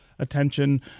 attention